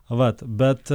vat bet